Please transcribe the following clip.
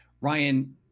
Ryan